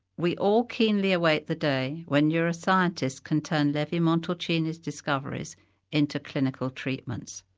we all keenly await the day when neuroscientists can turn levi-montalcini's discoveries into clinical treatments.